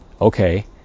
okay